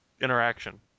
interaction